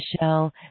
Michelle